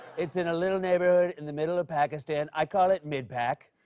it's in a little neighborhood in the middle of pakistan, i call it mid-pac.